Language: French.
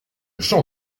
champ